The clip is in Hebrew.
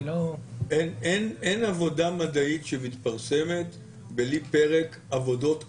אין עבודה מדעית שמתפרסמת בלי פרק עבודות קודמות.